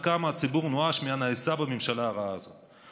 כמה הציבור נואש מהנעשה בממשלה הרעה הזאת.